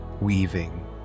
weaving